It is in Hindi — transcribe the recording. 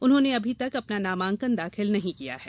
उन्होंने अभी तक अपना नामांकन दाखिल नहीं किया है